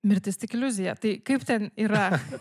mirtis tik iliuzija tai kaip ten yra